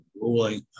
ruling